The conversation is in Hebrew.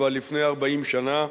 אבל לפני 40 שנה,